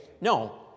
No